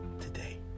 today